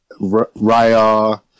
raya